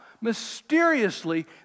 mysteriously